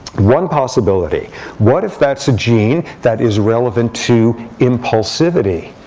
one possibility what if that's a gene that is relevant to impulsivity?